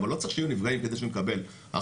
אבל לא צריך שיהיו נפגעים כדי שנקבל החלטות,